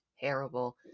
terrible